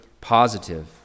positive